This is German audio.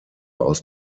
aus